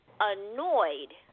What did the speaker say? annoyed